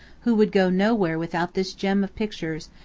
who would go nowhere without this gem of pictures,